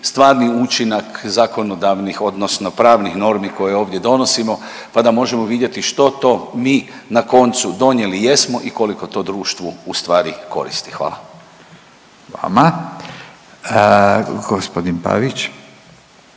stvarni učinak zakonodavnih odnosno pravnih normi koje ovdje donosimo, pa da možemo vidjeti što to mi na koncu donijeli jesmo i koliko to društvu u stvari koristi. Hvala. **Radin, Furio